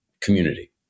community